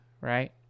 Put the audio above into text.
Right